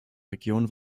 region